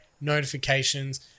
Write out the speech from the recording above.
notifications